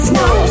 no